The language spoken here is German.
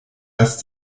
erst